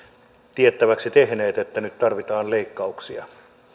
tiettäväksi tehneet että nyt tarvitaan leikkauksia